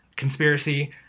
conspiracy